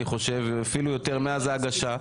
אפילו יותר מאז ההגשה,